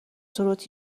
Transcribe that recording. تروت